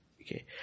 Okay